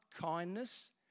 kindness